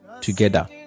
together